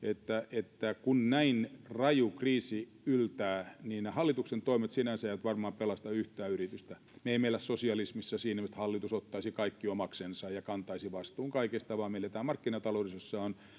että kun näin raju kriisi yltää niin hallituksen toimet sinänsä eivät varmaan pelasta yhtään yritystä me emme elä sosialismissa siinä että hallitus ottaisi kaikki omaksensa ja kantaisi vastuun kaikesta vaan me elämme markkinataloudessa jossa on